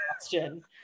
question